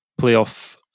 playoff